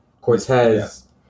Cortez